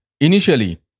Initially